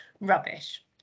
rubbish